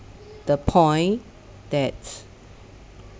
the point that